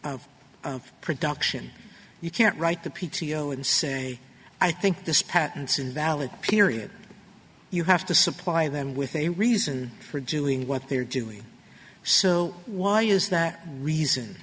production you can't write the p t o and say i think this patents are valid period you have to supply them with a reason for doing what they are doing so why is that reason